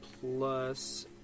plus